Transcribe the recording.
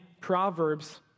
Proverbs